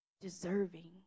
deserving